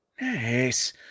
nice